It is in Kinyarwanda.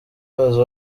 baza